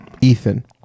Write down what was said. Ethan